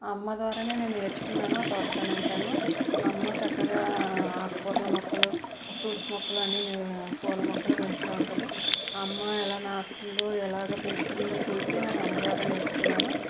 అమ్మ ద్వారానే నేను నేర్చుకున్నాను ఆ తోట పని అంతాను అమ్మ చక్కగా ఆకుకూరలు మొక్కలు ఫ్రూట్స్ మొక్కలు అన్నీ పులమొక్కలు పెంచుతూ ఉంటుంది అమ్మ ఎలాగ నాటుతుందో ఎలాగ పెంచుతుందో చూసి నేను అమ్మ ద్వారా నేర్చుకున్నాను